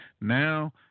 Now